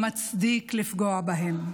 המצדיק פגיעה בהם.